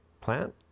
plant